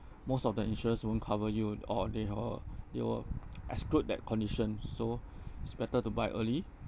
most of the insurance won't cover you or they will they will exclude that condition so it's better to buy early